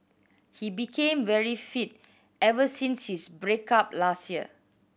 he became very fit ever since his break up last year